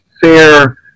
fair